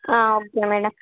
okay madam